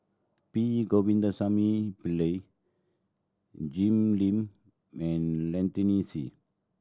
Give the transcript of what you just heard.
P Govindasamy Pillai Jim Lim and Lynnette Sea